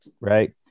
Right